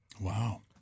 Wow